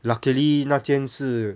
luckily 那天是